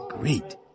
great